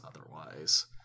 otherwise